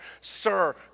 Sir